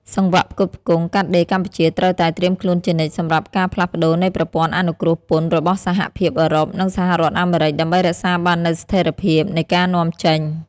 សង្វាក់ផ្គត់ផ្គង់កាត់ដេរកម្ពុជាត្រូវតែត្រៀមខ្លួនជានិច្ចសម្រាប់ការផ្លាស់ប្តូរនៃប្រព័ន្ធអនុគ្រោះពន្ធរបស់សហភាពអឺរ៉ុប និងសហរដ្ឋអាមេរិក ដើម្បីរក្សាបាននូវស្ថិរភាពនៃការនាំចេញ។